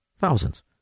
Thousands